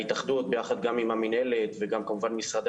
ההתאחדות ביחד גם עם המינהלת וגם כמובן משרדי